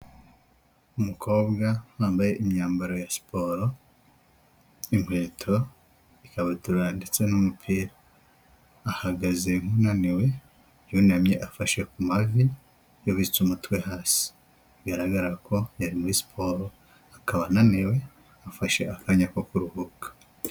Umukobwa wambaye imyambaro ya siporo, inkweto, ikabutura ndetse n'umupira, ahagaze nk'unaniwe yunamye afashe ku mavi yubitse umutwe hasi, bigaragara ko yari muri siporo akaba ananiwe afashe akanya ko kuruhuka.